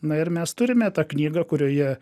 na ir mes turime tą knygą kurioje